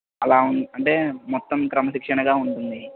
అలా వుం అంటే మొత్తం క్రమశిక్షణగా ఉంటుంది